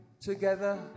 together